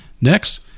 Next